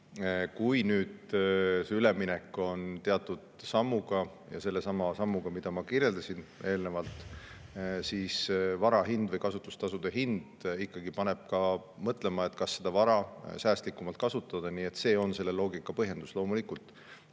Kui see üleminek on nüüd teatud sammuga – ja sellesama sammuga, mida ma kirjeldasin eelnevalt –, siis vara hind või kasutustasud ikkagi panevad ka mõtlema, kas seda vara saaks säästlikumalt kasutada. Nii et see on selle loogika põhjendus. Loomulikult,